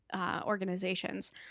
organizations